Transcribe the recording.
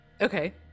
okay